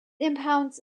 impounds